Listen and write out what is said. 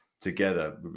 together